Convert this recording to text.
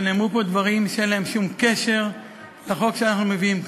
אבל נאמרו פה דברים שאין להם שום קשר לחוק שאנחנו מביאים כאן.